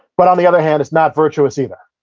but, on the other hand, it's not virtuous either.